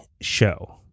show